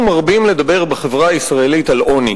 אנחנו מרבים לדבר בחברה הישראלית על עוני,